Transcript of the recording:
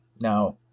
Now